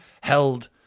held